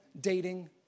dating